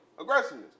Aggressiveness